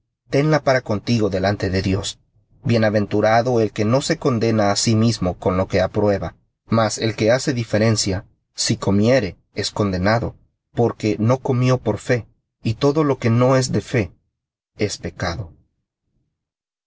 tenla para contigo delante de dios bienaventurado el que no se condena á sí mismo con lo que aprueba mas el que hace diferencia si comiere es condenado porque no por fe y todo lo que no es de fe es pecado